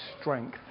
strength